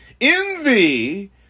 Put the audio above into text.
Envy